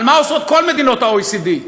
אבל מה עושות כל מדינות ה-OECD,